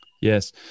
Yes